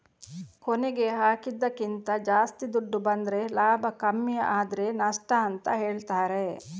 ಕೊನೆಗೆ ಹಾಕಿದ್ದಕ್ಕಿಂತ ಜಾಸ್ತಿ ದುಡ್ಡು ಬಂದ್ರೆ ಲಾಭ ಕಮ್ಮಿ ಆದ್ರೆ ನಷ್ಟ ಅಂತ ಹೇಳ್ತಾರೆ